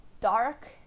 dark